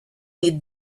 need